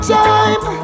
time